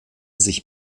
sich